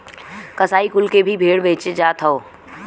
कसाई कुल के भी भेड़ बेचे जात हौ